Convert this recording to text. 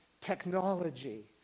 technology